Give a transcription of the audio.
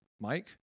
Mike